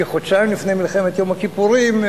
כחודשיים לפני מלחמת יום הכיפורים,